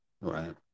Right